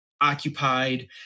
occupied